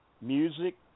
music